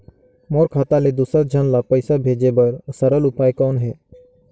मोर खाता ले दुसर झन ल पईसा भेजे बर सरल उपाय कौन हे?